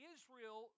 Israel